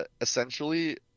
essentially